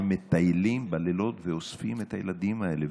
שמטיילים בלילות ואוספים את הילדים האלה.